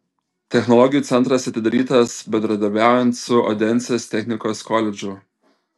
technologijų centras atidarytas bendradarbiaujant su odensės technikos koledžu